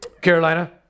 Carolina